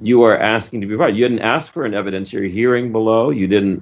you are asking to be right you can ask for an evidence or hearing below you didn't